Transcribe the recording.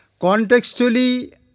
contextually